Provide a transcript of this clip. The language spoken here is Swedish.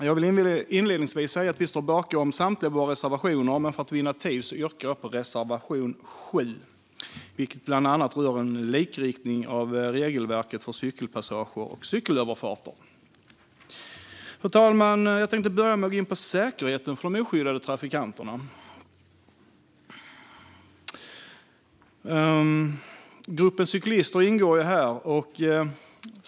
Jag vill inledningsvis säga att vi står bakom samtliga av våra reservationer, men för att vinna tid yrkar jag bifall enbart till reservation 7. Den rör bland annat en likriktning av regelverken för cykelpassager och cykelöverfarter. Herr ålderspresident! Jag tänkte börja med att gå in på säkerheten för de oskyddade trafikanterna, där gruppen cyklister ingår.